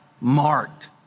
marked